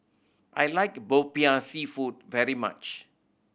I like Popiah Seafood very much